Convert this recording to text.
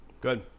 Good